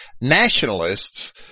nationalists